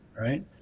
right